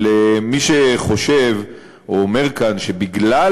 אבל מי שחושב או אומר כאן שבגלל,